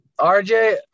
RJ